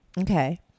Okay